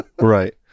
Right